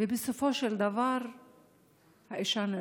ובסופו של דבר האישה נרצחת.